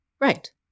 Right